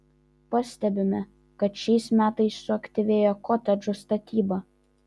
pastebime kad šiais metais suaktyvėjo kotedžų statyba